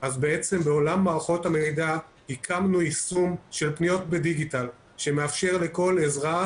בעולם מערכות המידע הקמנו יישום של פניות בדיגיטל שמאפשר לכל אזרח,